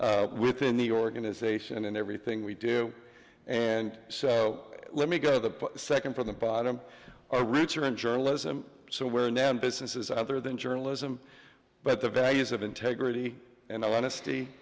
within the organization and everything we do and so let me go to the second from the bottom are richer in journalism so where now business is other than journalism but the values of integrity and honesty